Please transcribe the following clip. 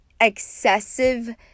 excessive